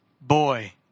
boy